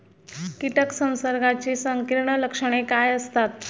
कीटक संसर्गाची संकीर्ण लक्षणे काय असतात?